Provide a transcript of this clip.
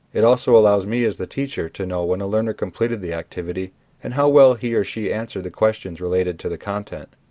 it also allows me as the teacher to know when a learner completed the activity and how well he or she answered questions related to the content.